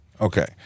Okay